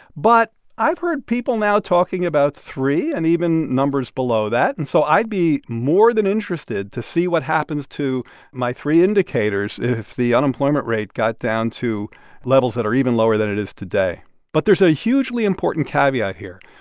but i've heard people now talking about three and even numbers below that. and so i'd be more than interested to see what happens to my three indicators if the unemployment rate got down down to levels that are even lower than it is today but there's a hugely important caveat here.